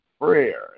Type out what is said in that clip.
prayer